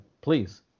please